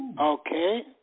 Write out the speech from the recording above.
Okay